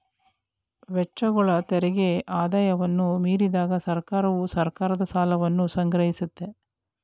ವೆಚ್ಚಗಳು ತೆರಿಗೆ ಆದಾಯವನ್ನ ಮೀರಿದಾಗ ಸರ್ಕಾರವು ಸರ್ಕಾರದ ಸಾಲವನ್ನ ಸಂಗ್ರಹಿಸುತ್ತೆ